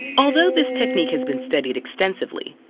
although this technique has been studied extensively,